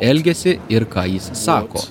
elgiasi ir ką jis sako